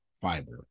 fiber